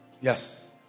Yes